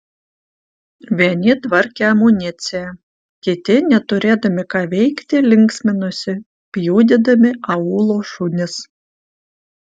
vieni tvarkė amuniciją kiti neturėdami ką veikti linksminosi pjudydami aūlo šunis